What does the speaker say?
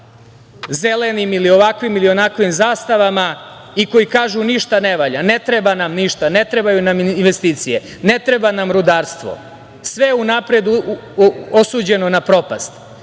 zelenim ili onakvim ili ovakvim zastavama i koji kažu – ništa ne valja, ne treba nam ništa, ne trebaju nam investicije, ne treba nam rudarstvo, sve je unapred osuđeno na propast. Ova